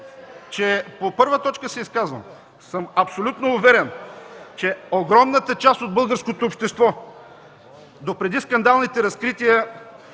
По първа точка се изказвам. Абсолютно съм уверен, че огромната част от българското общество допреди скандалните разкрития